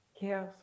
Yes